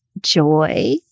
joy